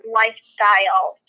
lifestyle